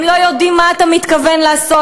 הם לא יודעים מה אתה מתכוון לעשות,